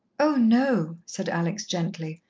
oh, no, said alex gently.